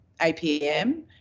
APM